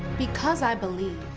because i believe.